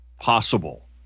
possible